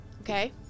Okay